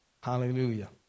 Hallelujah